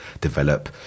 develop